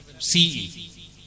CE